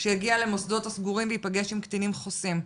בלתי תלוי שיגיע למוסדות הסגורים וייפגש עם קטינים חוסים.